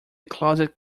closed